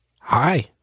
Hi